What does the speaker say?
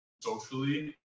socially